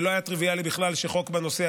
זה לא היה טריוויאלי בכלל שחוק בנושא